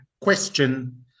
question